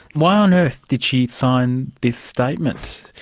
why on earth did she sign this statement,